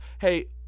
Hey